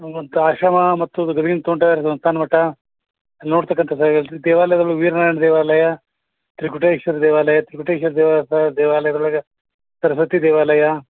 ಆಶ್ರಮ ಮತ್ತು ಗದ್ಗಿನ ತೋಂಟದಾರ್ಯ ಸಂಸ್ಥಾನ ಮಠ ನೋಡ್ತಕಂಥ ದೇವಾಲಯದಲ್ಲೂ ವೀರ ನಾರಾಯಣ ದೇವಾಲಯ ತ್ರಿಕೂಟೇಶ್ವರ ದೇವಾಲಯ ತ್ರಿಕೂಟೇಶ್ವರ ದೇವಸ್ತಾನ ದೇವಾಲಯದೊಳಗೆ ಸರಸ್ವತಿ ದೇವಾಲಯ